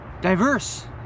diverse